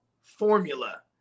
formula